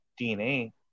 DNA